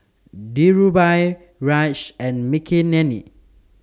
Dhirubhai Raj and Makineni